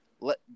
Let